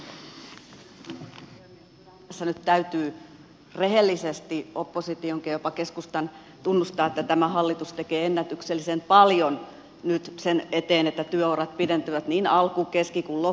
kyllähän tässä nyt täytyy rehellisesti oppositionkin jopa keskustan tunnustaa että tämä hallitus tekee ennätyksellisen paljon nyt sen eteen että työurat pidentyvät niin alkupäästä keskeltä kuin loppupäästä